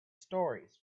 stories